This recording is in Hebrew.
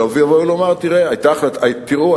והוא יבוא ויאמר: תראו,